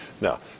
Now